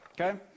okay